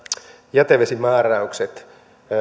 jätevesimääräykset